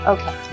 Okay